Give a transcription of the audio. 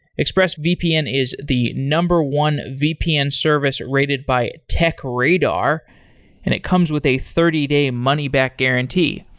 expressvpn is the number one vpn service rated by techradar, and it comes with a thirty day money back guarantee.